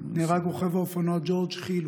נהרג רוכב האופנוע ג'ורג' חילו,